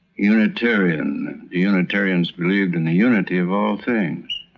unitarians and unitarians believed in the unity of all things